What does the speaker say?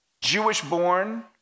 Jewish-born